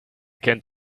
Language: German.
kennt